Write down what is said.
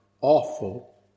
awful